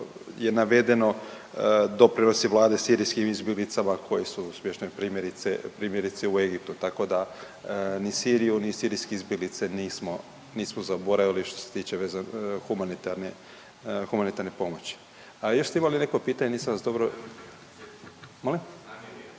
je navedeno doprinosi Vlade sirijskim izbjeglicama koji su smješteni primjerice u Egiptu, tako da ni Siriju, ni sirijske izbjeglice nismo zaboravili što se tiče humanitarne pomoći. A još ste imali neko pitanje, nisam vas dobro. Molim? …/Upadica